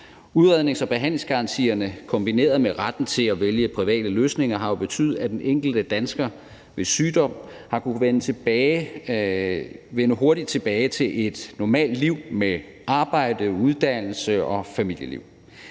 Udrednings- og behandlingsgarantierne kombineret med retten til at vælge private løsninger har jo betydet, at den enkelte dansker ved sygdom har kunnet vende hurtigt tilbage til et normalt liv med arbejde, uddannelse og familieliv.